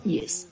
Yes